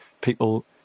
people